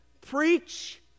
Preach